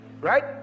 Right